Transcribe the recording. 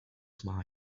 mind